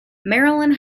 marilyn